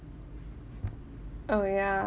oh ya